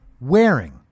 wearing